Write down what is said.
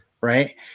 Right